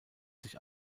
sich